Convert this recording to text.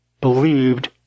believed